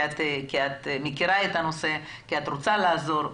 את מכירה את הנושא ורוצה לעזור.